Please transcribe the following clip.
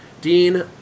Dean